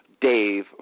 Dave